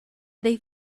they